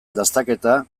dastaketa